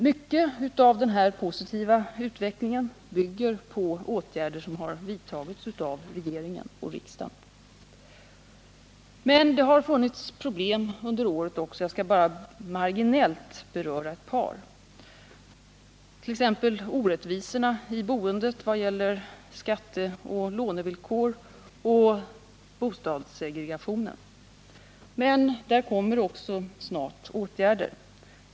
Mycket av denna positiva utveckling bygger på åtgärder som har vidtagits av regeringen och riksdagen. Det har dock också funnits problem under året. Jag skall marginellt bara beröra ett par, nämligen orättvisorna i boendet när det gäller skatteoch lånevillkor samt bostadssegregationen. Men där kommer också snart åtgärder.